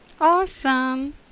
Awesome